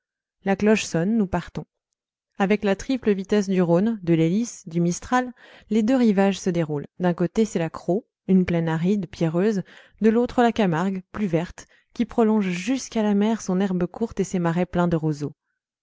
la cloche sonne nous partons avec la triple vitesse du rhône de l'hélice du mistral les deux rivages se déroulent d'un côté c'est la crau une plaine aride pierreuse de l'autre la camargue plus verte qui prolonge jusqu'à la mer son herbe courte et ses marais pleins de roseaux